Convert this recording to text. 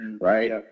Right